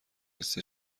لیست